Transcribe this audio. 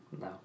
No